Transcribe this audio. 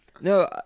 no